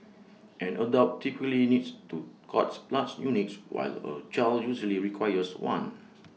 an adult typically needs two cord blood units while A child usually requires one